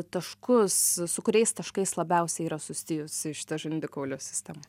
taškus su kuriais taškais labiausiai yra susijusi šita žandikaulio sistema